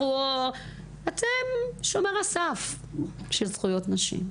אתם שומר הסף של זכויות נשים.